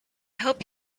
hope